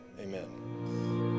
Amen